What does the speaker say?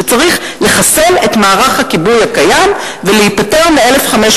שצריך לחסל את מערך הכיבוי הקיים ולהיפטר מ-1,500